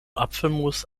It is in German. apfelmus